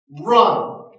Run